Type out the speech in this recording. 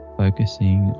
focusing